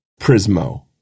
Prismo